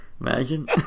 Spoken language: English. Imagine